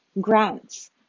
grants